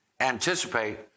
anticipate